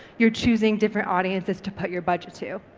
you're choosing different audiences to put your budget to.